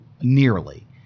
nearly